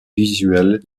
visuels